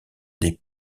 des